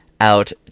out